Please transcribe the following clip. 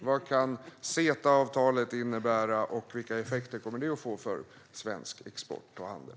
Vad kan CETA-avtalet innebära, och vilka effekter kommer det att få för svensk export och handel?